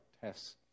tests